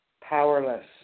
powerless